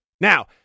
Now